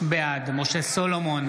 בעד משה סולומון,